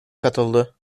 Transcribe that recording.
katıldı